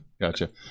Gotcha